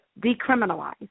decriminalize